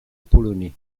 polonais